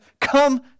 Come